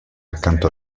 accanto